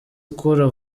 ukura